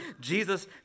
Jesus